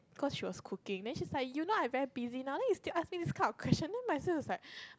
cause she was cooking then she's like you know I'm very busy now then you still ask me this kind of question then my sis was like